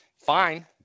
fine